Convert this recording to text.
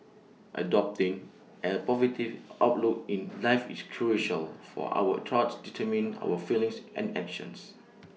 adopting A positive outlook in life is crucial for our thoughts determine our feelings and actions